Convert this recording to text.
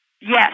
Yes